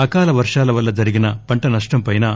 అకాల వర్షాల వల్ల జరిగిన పంట నష్టంపైనా